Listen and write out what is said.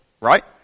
right